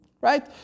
Right